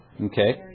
Okay